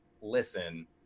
Listen